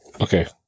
okay